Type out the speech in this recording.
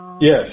Yes